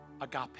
agape